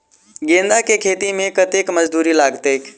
गेंदा केँ खेती मे कतेक मजदूरी लगतैक?